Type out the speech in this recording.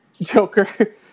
Joker